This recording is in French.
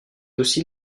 aussi